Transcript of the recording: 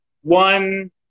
one